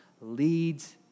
leads